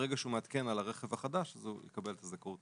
ברגע שהוא מעדכן על הרכב החדש אז הוא יקבל את הזכאות,